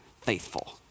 faithful